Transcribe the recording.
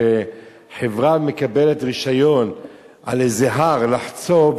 שחברה מקבלת רשיון על איזה הר לחצוב,